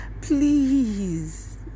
please